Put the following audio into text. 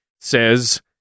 says